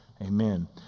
Amen